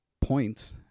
points